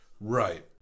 Right